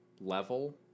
level